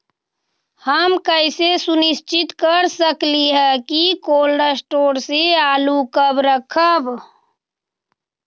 हम कैसे सुनिश्चित कर सकली ह कि कोल शटोर से आलू कब रखब?